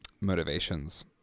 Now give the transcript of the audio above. motivations